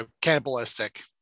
cannibalistic